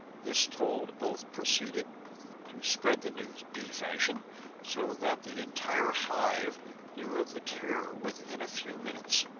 this told, both proceeded to spread the news, bee-fashion so that the entire hive knew of the terror within a few minutes.